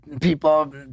people